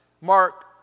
Mark